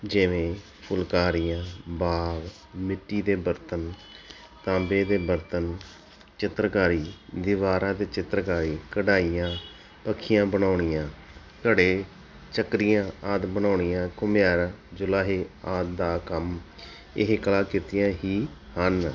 ਜਿਵੇਂ ਫੁਲਕਾਰੀਆਂ ਬਾਗ ਮਿੱਟੀ ਦੇ ਬਰਤਨ ਤਾਂਬੇ ਦੇ ਬਰਤਨ ਚਿੱਤਰਕਾਰੀ ਦੀਵਾਰਾਂ 'ਤੇ ਚਿੱਤਰਕਾਰੀ ਕਢਾਈਆਂ ਪੱਖੀਆਂ ਬਣਾਉਣੀਆਂ ਘੜੇ ਚੱਕਰੀਆਂ ਆਦਿ ਬਣਾਉਣੀਆਂ ਘੁੰਮਿਆਰਾਂ ਜਲਾਹੇ ਆਦਿ ਦਾ ਕੰਮ ਇਹ ਕਾਰ ਕੀਤੀਆਂ ਹੀ ਹਨ